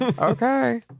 Okay